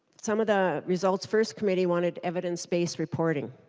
some of the results first committee wanted evidence-based reporting.